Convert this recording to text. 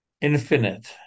infinite